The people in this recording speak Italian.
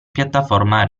piattaforma